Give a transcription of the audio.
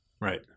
Right